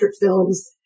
films